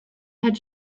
had